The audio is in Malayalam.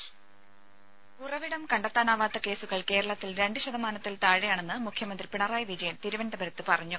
ദേഴ ഉറവിടം കണ്ടെത്താനാവാത്ത കേസുകൾ കേരളത്തിൽ രണ്ട് ശതമാനത്തിൽ താഴെയാണെന്ന് മുഖ്യമന്ത്രി പിണറായി വിജയൻ തിരുവനന്തപുരത്ത് പറഞ്ഞു